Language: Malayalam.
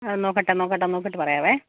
അ നോക്കട്ടെ നോക്കട്ടെ നോക്കിയിട്ട് പറയാവെ